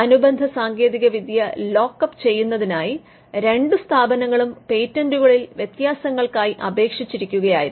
അനുബന്ധ സാങ്കേതികവിദ്യ lock up ചെയ്യുന്നതിനായി രണ്ട് സ്ഥാപനങ്ങളും പേറ്റന്റുകളിൽ വ്യത്യാസങ്ങൾക്കായി അപേക്ഷിച്ചിക്കുകയായിരുന്നു